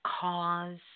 cause